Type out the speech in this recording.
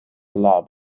lab